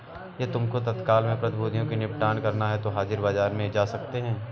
यदि तुमको तत्काल में प्रतिभूतियों को निपटान करना है तो हाजिर बाजार में जा सकते हो